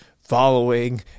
following